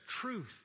truth